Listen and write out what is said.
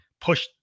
push